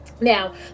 Now